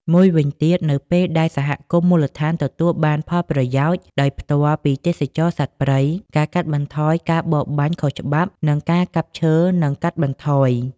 មួយវិញទៀត នៅពេលដែលសហគមន៍មូលដ្ឋានទទួលបានផលប្រយោជន៍ដោយផ្ទាល់ពីទេសចរណ៍សត្វព្រៃ ការកាត់បន្ថយការបរបាញ់ខុសច្បាប់ និងការកាប់ឈើនឹងកាត់បន្ថយ។